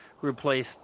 replace